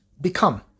become